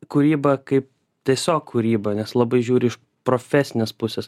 kūrybą kaip tiesiog kūrybą nes labai žiūri iš profesinės pusės